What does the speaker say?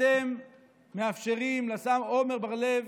אתם מאפשרים לשר עמר בר לב